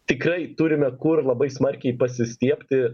tikrai turime kur labai smarkiai pasistiebti